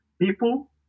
people